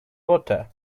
water